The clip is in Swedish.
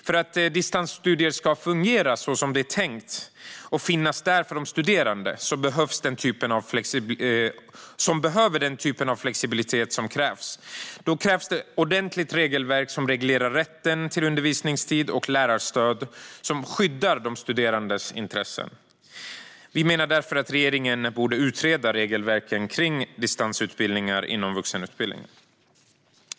För att distansstudier ska fungera som det är tänkt och finnas där för de studerande som behöver den typen av flexibilitet krävs det ett ordentligt regelverk som reglerar rätten till undervisningstid och lärarstöd och som skyddar de studerandes intressen. Vi menar därför att regeringen bör utreda regelverken kring distansutbildningar inom vuxenutbildningen.